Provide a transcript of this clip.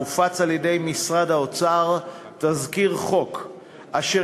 הופץ על-ידי משרד האוצר תזכיר חוק אשר